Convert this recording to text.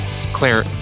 Claire